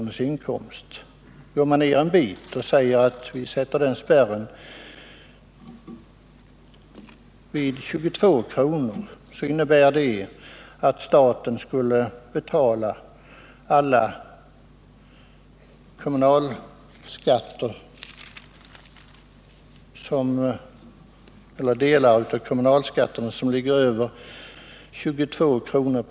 för den enskilde kommunalskattebetalaren. Om man går ned ett stycke och sätter spärren vid 22 kr., innebär det att staten skulle få betala alla delar av kommunalskatten som ligger över 22 kr.